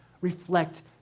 reflect